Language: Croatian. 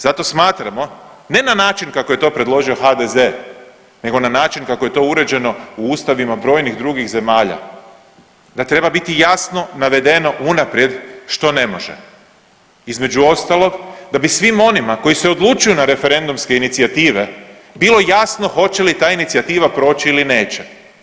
Zato smatramo, ne na način kako je to predložio HDZ nego na način kako je to uređeno u ustavima brojnih drugih zemalja da treba biti jasno navedeno unaprijed što ne može između ostalog da bi svim onima koji se odlučuju na referendumske inicijative bilo jasno hoće li ta inicijativa proći ili neće.